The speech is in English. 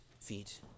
feet